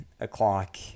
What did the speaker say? o'clock